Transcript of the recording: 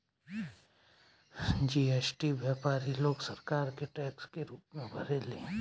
GST व्यापारी लोग सरकार के टैक्स के रूप में भरेले